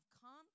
come